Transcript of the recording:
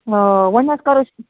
آ وۅنۍ حظ کَرو أسۍ